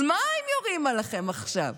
אז מה אם יורים עליכם עכשיו?